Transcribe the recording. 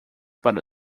para